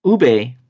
Ube